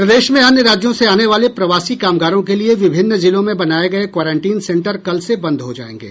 प्रदेश में अन्य राज्यों से आने वाले प्रवासी कामगारों के लिए विभिन्न जिलों में बनाए गए क्वारंटाइन सेंटर कल से बंद हो जायेंगे